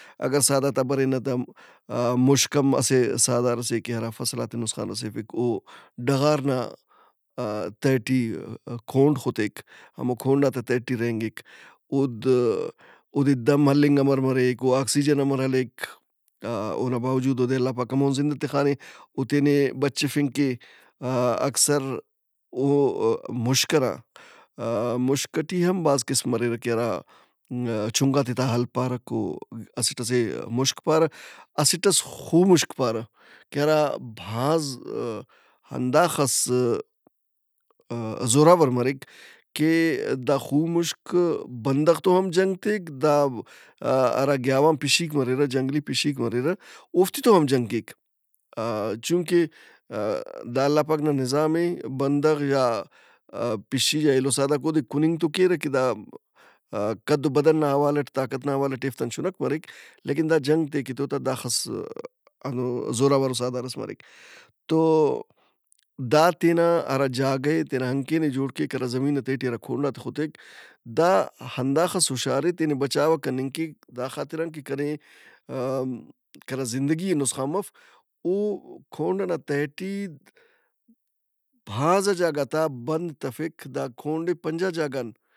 اگہ سہدارت آ برینہ دامُشک ہم اسہ سہدارس اے کہ ہرافصلات ئے نسخان رسیفک۔ او ڈغار نا آ- تہٹی کونڈ خُتِک، ہمو کونڈات آ تہٹی رہینگک۔ اود اودے دم ہلنگ امہ مریک اوآکسیجن امر ہلیک ا- اونا باوجود اودے اللہ پاک ہمون زندہ تخانے۔ او تینے بچفنگ کہ آ- اکثر اومُشک ہرا مُشک ئٹی ہم بھاز قسم مریرہ کہ ہرا چُھنکاتے تا ہَل پارَک او اسٹ ئسے مُشک پارہ اسٹ ئس خومُشک پارہ کہ ہرا بھاز ا- ہنداخس زوراور مریک کہ دا خومشک بندغ تو ہم جنگ کیک دا ہرا گیاوان پِشِّیک مریرہ جنگلی پِشکیک مریرہ اوفتے تو ہم جنگ کیک۔ چونکہ دا اللہ پاک نا نظام اے بندغ یا پِشی یا ایلو سہدارک اودے کُنگ تو کیرہ کہ دا قد و بدن نا حوالہ ٹے طاقت نا حوالہ ٹے ایفت ان چُھنک مریک لیکن دا جنگ تیک ای تو تا داخس ہندُنو زوراورو سہدارس مریک۔ تو دا تینا ہرا جاگہ ئے تینا ہنکین جوڑ کیک ہرا زمین نا تہٹی ہرا کونڈات ئے خُتِک، دا ہنداخس ہُشار اے تینا بچاوہ کننگ کہ۔ داخاطران کہ کنے م- کنا زندگی ئے نسخان مف۔ او کونڈ ئنا تہٹی بھازا جاگہ تا بند تفک دا کونڈ ئے پنجا جاگہ ان